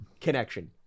connection